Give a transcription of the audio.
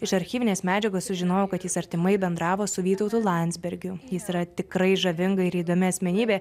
iš archyvinės medžiagos sužinojau kad jis artimai bendravo su vytautu landsbergiu jis yra tikrai žavinga ir įdomi asmenybė